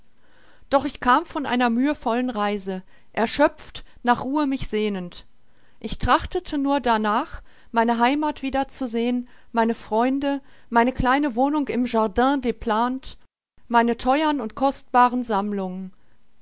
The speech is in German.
doch ich kam von einer mühevollen reise erschöpft nach ruhe mich sehnend ich trachtete nur darnach meine heimat wieder zu sehen meine freunde meine kleine wohnung im jardin des plantes meine theuern und kostbaren sammlungen